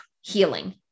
healing